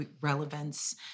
Relevance